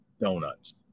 donuts